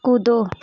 कूदो